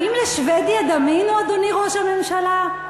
האם לשבדיה דמינו, אדוני ראש הממשלה?